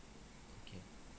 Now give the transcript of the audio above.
okay